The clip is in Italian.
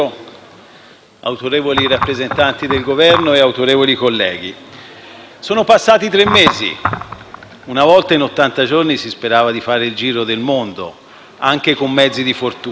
autorevoli rappresentanti del Governo, autorevoli colleghi, sono passati tre mesi: una volta in ottanta giorni si sperava di fare il giro del mondo, anche con mezzi di fortuna;